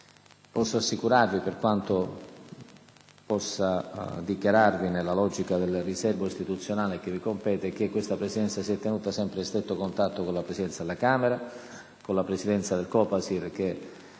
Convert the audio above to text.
Posso assicurarvi, per quanto possa dichiarare nella logica del riserbo personale che mi compete, che questa Presidenza si è tenuta sempre in stretto contatto con la Presidenza della Camera e con la Presidenza del COPASIR, la